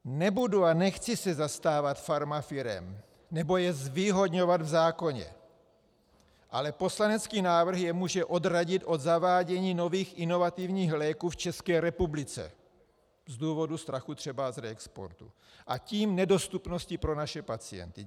Nebudu a nechci se zastávat farmafirem nebo je zvýhodňovat v zákoně, ale poslanecký návrh je může odradit od zavádění nových inovativních léků v České republice z důvodu strachu třeba z reexportu, a tím nedostupnosti pro naše pacienty.